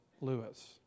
Lewis